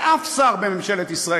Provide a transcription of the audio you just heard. לאף שר בממשלת ישראל,